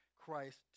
Christ